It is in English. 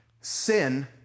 Sin